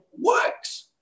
works